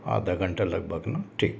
आधा घंटा लगभग ना ठीक